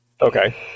Okay